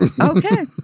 Okay